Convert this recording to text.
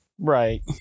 Right